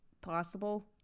possible